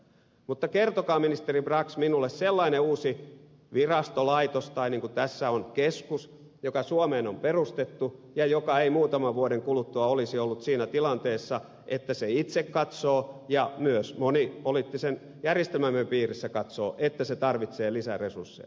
mutta kertokaa ministeri brax minulle sellainen uusi virasto laitos tai niin kuin tässä on keskus joka suomeen on perustettu ja joka ei muutaman vuoden kuluttua olisi ollut siinä tilanteessa että se itse katsoo ja myös moni poliittisen järjestelmämme piirissä katsoo että se tarvitsee lisäresursseja